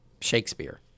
Shakespeare